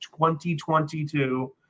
2022